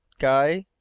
guy,